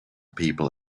people